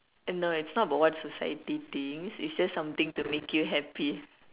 and no it's not about what society thinks is just something to make you happy